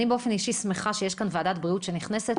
אני באופן אישי שמחה שיש כאן ועדת בריאות שנכנסת